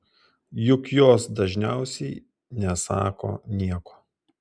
juk jos dažniausiai nesako nieko